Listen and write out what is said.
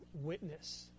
witness